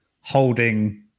holding